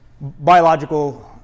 biological